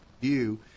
view